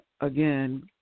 again